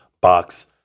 box